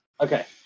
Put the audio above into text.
okay